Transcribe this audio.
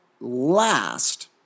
last